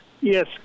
yes